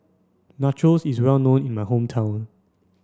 Nachos is well known in my hometown